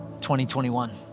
2021